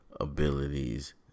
abilities